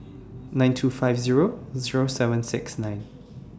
nine two five Zero Zero seven six nine